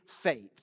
faith